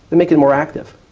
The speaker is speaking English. they make it more active.